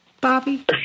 Bobby